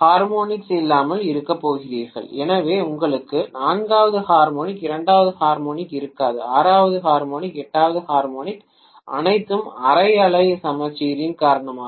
harmonics இல்லாமல் இருக்கப் போகிறீர்கள் எனவே உங்களுக்கு நான்காவது ஹார்மோனிக் இரண்டாவது ஹார்மோனிக் இருக்காது ஆறாவது ஹார்மோனிக் எட்டாவது ஹார்மோனிக் அனைத்தும் அரை அலை சமச்சீரின் காரணமாக இல்லை